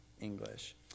English